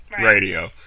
radio